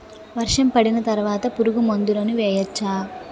వర్షం పడిన తర్వాత పురుగు మందులను వేయచ్చా?